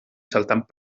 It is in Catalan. saltant